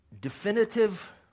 definitive